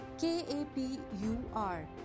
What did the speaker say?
K-A-P-U-R